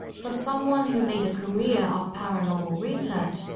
for someone who made a career off paranormal research,